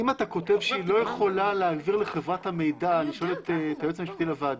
אני שואל את היועץ המשפטי לוועדה,